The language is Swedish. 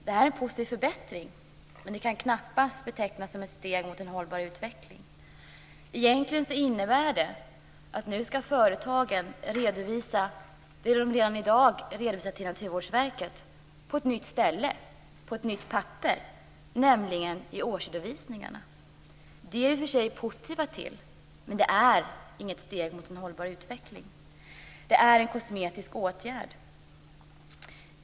Det här är en förbättring, men det kan knappast betecknas som ett steg mot en hållbar utveckling. Egentligen innebär det att företagen nu skall redovisa det de redan i dag redovisar till Naturvårdsverket på ett nytt ställe, ett nytt papper, nämligen i årsredovisningarna. Det är vi i och för sig positiva till. Men det är inget steg mot en hållbar utveckling. Det är en kosmetisk åtgärd.